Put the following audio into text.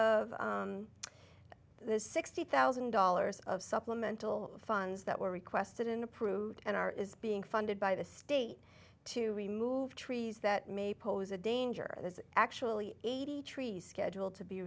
of this sixty thousand dollars of supplemental funds that were requested and approved and are is being funded by the state to remove trees that may pose a danger is actually eighty trees scheduled to be